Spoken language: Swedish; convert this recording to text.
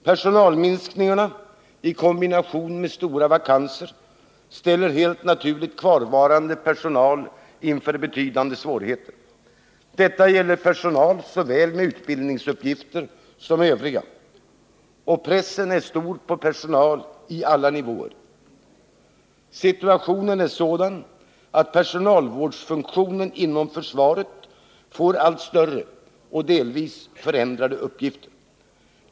Personalminskningarna — i kombination med stora vakanser — ställer helt naturligt kvarvarande personal inför betydande svårigheter. Detta gäller såväl personal med utbildningsuppgifter som övriga — och pressen är stor på personal på alla nivåer. Situationen är sådan att personalvårdsfunktionen inom försvaret får allt större och delvis förändrade uppgifter.